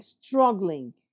struggling